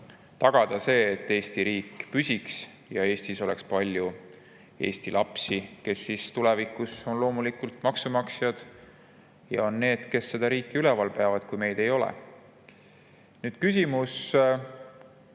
tagada, et Eesti riik püsiks ja Eestis oleks palju eesti lapsi, kes on tulevikus loomulikult maksumaksjad ja need, kes seda riiki üleval peavad, kui meid ei ole. Nüüd, küsimus